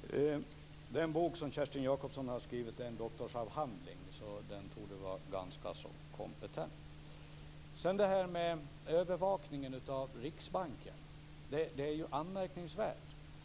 Fru talman! Den bok som Kerstin Jacobsson har skrivit är en doktorsavhandling, så hon torde vara ganska så kompetent. När det sedan gäller detta med övervakningen av Riksbanken är det anmärkningvärt